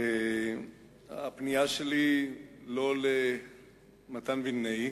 הפנייה שלי היא לא למתן וילנאי